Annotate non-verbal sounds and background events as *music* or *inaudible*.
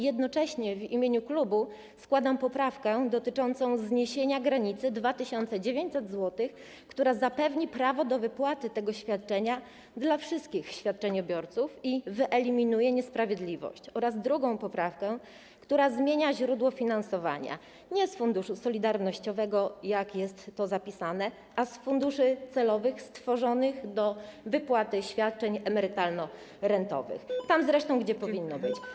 Jednocześnie w imieniu klubu składam poprawkę dotyczącą zniesienia granicy 2900 zł, która zapewni prawo do wypłaty tego świadczenia dla wszystkich świadczeniobiorców i wyeliminuje niesprawiedliwość, oraz drugą poprawkę, która zmienia źródło finansowania - nie z Funduszu Solidarnościowego, jak jest to zapisane, a z funduszy celowych stworzonych do wypłaty świadczeń emerytalno-rentowych, *noise* tam zresztą ono powinno być.